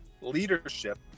leadership